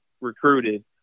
recruited